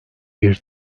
bir